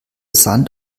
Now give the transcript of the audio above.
sand